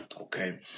Okay